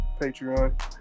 Patreon